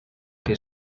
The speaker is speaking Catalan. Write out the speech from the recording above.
que